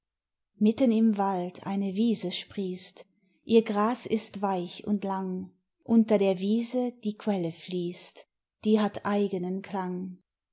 mitten im wald eine wiese sprießt ihr gras ist weich und lang unter der wiese die quelle fließt die hat eigenen klang